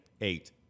Eight